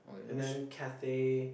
and then Cathay